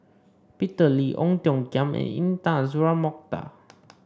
Peter Lee Ong Tiong Khiam and Intan Azura Mokhtar